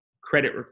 credit